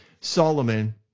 Solomon